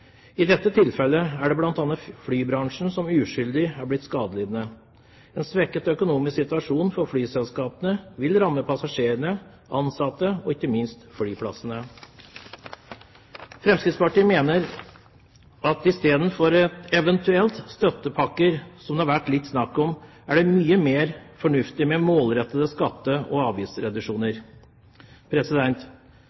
I dette tilfellet er det bl.a. flybransjen som uskyldig er blitt skadelidende. En svekket økonomisk situasjon for flyselskapene vil ramme passasjerene, ansatte og ikke minst flyplassene. Fremskrittspartiet mener at istedenfor eventuelle støttepakker, som det har vært litt snakk om, vil det være mye mer fornuftig med målrettede skatte- og avgiftsreduksjoner.